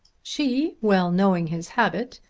she, well knowing his habit,